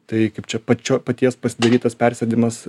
tai kaip čia pačio paties pasidarytas persėdimas